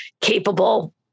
capable